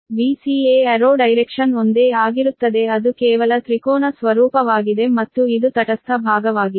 ಆದ್ದರಿಂದ ಇದನ್ನು ಮಾಡಿ Vca arrow ಡೈರೆಕ್ಷನ್ ಒಂದೇ ಆಗಿರುತ್ತದೆ ಅದು ಕೇವಲ ತ್ರಿಕೋನ ಸ್ವರೂಪವಾಗಿದೆ ಮತ್ತು ಇದು ತಟಸ್ಥ ಭಾಗವಾಗಿದೆ